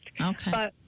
Okay